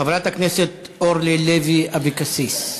חברת הכנסת אורלי לוי אבקסיס.